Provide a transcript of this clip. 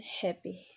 happy